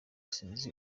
sinzi